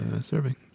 serving